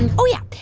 and oh, yeah.